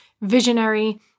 visionary